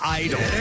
idol